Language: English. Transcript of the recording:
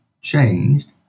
changed